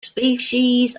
species